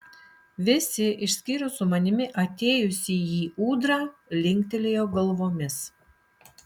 visi išskyrus su manimi atėjusįjį ūdrą linktelėjo galvomis